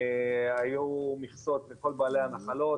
היו מכסות לכל בעלי הנחלות,